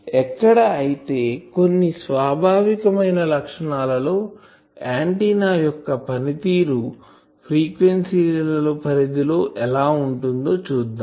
ఎక్కడ అయితే కొన్ని స్వాభావికమైన లక్షణాలలో ఆంటిన్నా యొక్క పనితీరు ఫ్రీక్వెన్సీల పరిధిలో ఎలా ఉంటుందో చూద్దాం